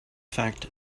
fact